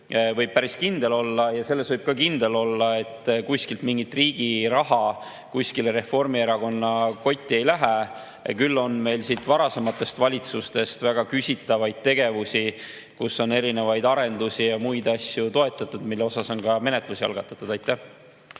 võib päris kindel olla. Selles võib ka kindel olla, et kuskilt mingit riigi raha kuskile Reformierakonna kotti ei lähe. Küll on meil teada varasemate valitsuste väga küsitavaid tegevusi, kus on toetatud erinevaid arendusi ja muid asju, mille osas on ka menetlusi algatatud. Leo